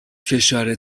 فشار